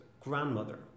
grandmother